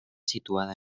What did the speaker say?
situada